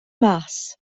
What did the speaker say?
mas